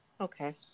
okay